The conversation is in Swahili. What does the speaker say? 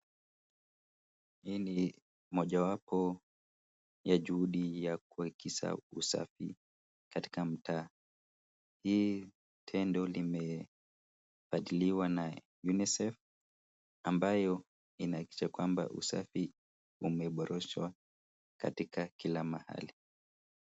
Hii ni mojawapo ya juhudi ya kuwekeza usafi katika mtaa hii tendo limetathniwa na UNICEF ambayo inahakikisha kwamba usafi umeboreshwa katika kila mahali